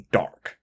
dark